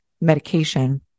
medication